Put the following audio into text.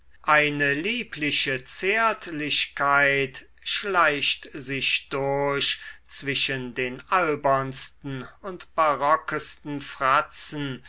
eine liebliche zärtlichkeit schleicht sich durch zwischen den albernsten und barockesten fratzen